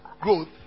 growth